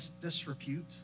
disrepute